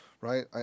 right